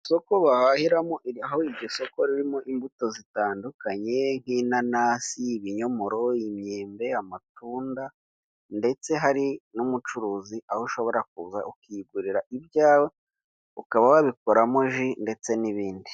Isoko bahahiramo aho iryo soko ririmo imbuto zitandukanye nk'inanasi, ibinyomoro, imyembe amatunda ndetse hari n'umucuruzi aho ushobora kuza ukigurira ibyawe ukaba wabikoramo jus ndetse n'ibindi.